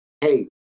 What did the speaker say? hey